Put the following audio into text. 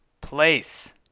place